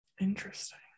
Interesting